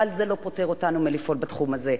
אבל זה לא פוטר אותנו מלפעול בתחום הזה.